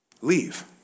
leave